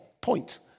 point